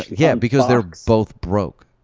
yeah, because they're both broke.